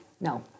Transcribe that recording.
No